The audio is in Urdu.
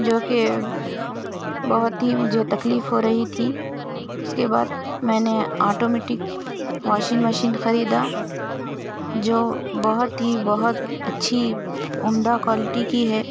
جو کہ بہت ہی مجھے تکلیف ہو رہی تھی اس کے بعد میں نے آٹو میٹک واشنگ مشین خریدا جو بہت ہی بہت اچّھی عمدہ کوائلٹی کی ہے